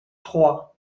troyes